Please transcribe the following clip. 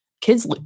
Kids